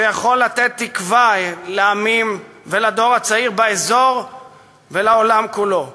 שיכולה לתת תקווה לעמים ולדור הצעיר באזור ולעולם כולו,